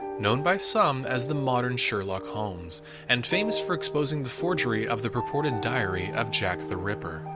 known by some as the modern sherlock holmes and famous for exposing the forgery of the purported diary of jack the ripper.